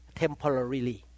temporarily